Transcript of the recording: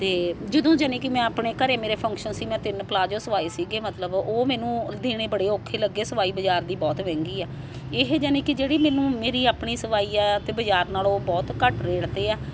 ਅਤੇ ਜਦੋਂ ਯਾਨੀ ਕਿ ਮੈਂ ਆਪਣੇ ਘਰ ਮੇਰੇ ਫੰਕਸ਼ਨ ਸੀ ਮੈਂ ਤਿੰਨ ਪਲਾਜੋ ਸਵਾਏ ਸੀਗੇ ਮਤਲਬ ਉਹ ਮੈਨੂੰ ਦੇਣੇ ਬੜੇ ਔਖੇ ਲੱਗੇ ਸਵਾਈ ਬਾਜ਼ਾਰ ਦੀ ਬਹੁਤ ਮਹਿੰਗੀ ਆ ਇਹ ਯਾਨੀ ਕਿ ਜਿਹੜੀ ਮੈਨੂੰ ਮੇਰੀ ਆਪਣੀ ਸਵਾਈ ਆ ਅਤੇ ਬਾਜ਼ਾਰ ਨਾਲੋਂ ਬਹੁਤ ਘੱਟ ਰੇਟ 'ਤੇ ਆ